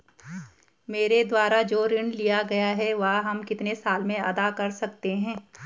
मेरे द्वारा जो ऋण लिया गया है वह हम कितने साल में अदा कर सकते हैं?